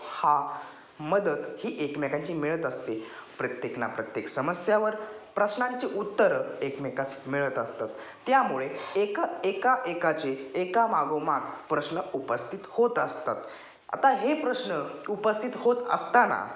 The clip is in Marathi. हा मदत ही एकमेकांची मिळत असते प्रत्येकना प्रत्येक समस्यावर प्रश्नांचे उत्तरं एकमेकास मिळत असतात त्यामुळे एक एकाएकाचे एका मागोमाग प्रश्न उपस्थित होत असतात आता हे प्रश्न उपस्थित होत असताना